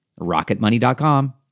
Rocketmoney.com